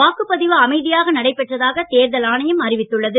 வாக்குப்பதிவு அமைதியாக நடைபெற்றதாக தேர்தல் ஆணையம் அறிவித்துள்ளது